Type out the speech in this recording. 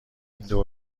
دور